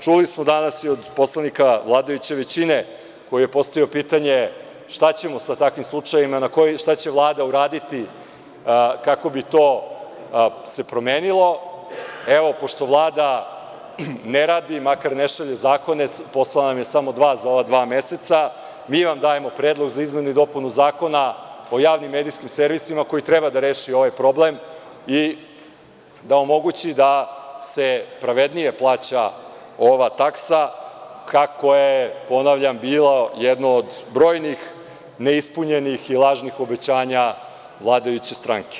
Čuli smo danas i od poslanika vladajuće većine koji je postavio pitanje šta ćemo sa takvim slučajevima, šta će Vlada uraditi kako bi se to promenilo, evo pošto Vlada ne radi, makar ne šalju zakone, poslala je samo dva za ova dva meseca, mi vam dajemo predlog za izmenu i dopunu Zakona o javnim medijskim servisima koji treba da reši ovaj problem i da omogući da se pravednije plaća ova taksa koja je bila jedna od brojnih neispunjenih i lažnih obećanja vladajuće stranke.